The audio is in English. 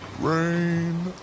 rain